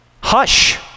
Hush